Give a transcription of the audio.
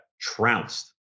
trounced